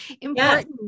important